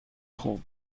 خوب